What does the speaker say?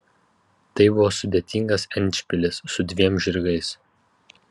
tai buvo sudėtingas endšpilis su dviem žirgais